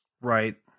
right